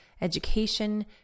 education